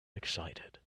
excited